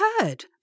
heard